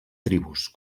tribus